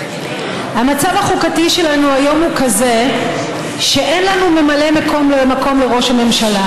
המצב החוקתי שלנו היום הוא כזה שאין לנו ממלא מקום לראש הממשלה,